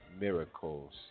miracles